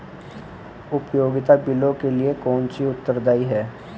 उपयोगिता बिलों के लिए कौन उत्तरदायी है?